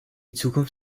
zukunft